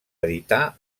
editar